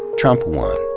trump won.